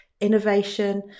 innovation